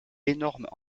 énormes